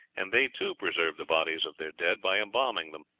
and they too preserved the bodies of their dead by embalming them.